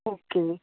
okay